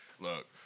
Look